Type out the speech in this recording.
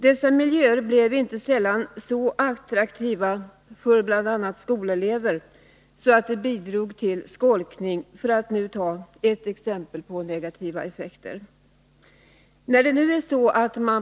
Dessa miljöer blev inte sällan så attraktiva för bl.a. skolelever att de bidrog till skolkning, för att nu ta upp ett exempel på negativa effekter.